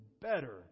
better